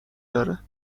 داره